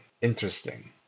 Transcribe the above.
Interesting